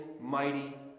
mighty